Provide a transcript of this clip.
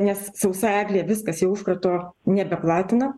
nes sausa eglė viskas jau užkrato nebeplatina